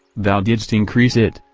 thou didst increase it,